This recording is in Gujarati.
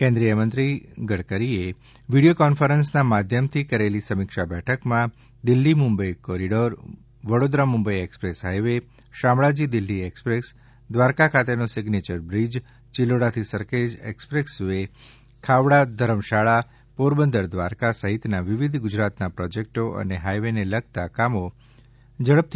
કેન્દ્રીય મંત્રી નિતીન ગડકરીએ વિડીયો કોન્ફરન્સનાં માધ્યમથી કરેલી સમીક્ષા બેઠકમાં Delhi Mumbai corridor Vadodara Mumbai express highway Shamlaji Delhi એક્સ્પ્રેસદ્રારકા ખાતેનો સિઝ્નેયર બ્રિજ ચિલોડાથી સરખેજ એકસ્પ્રેસ વે ખાવડા ધરમશાળા પોરબંદર દ્વારકા સહિતનાં વિવિધ ગુજરાતનાં પ્રોજેકટો અને હાઈવેને લગતાં કામો ઝડપથી પૂર્ણ કરવા સુચનાઓ આપી હતી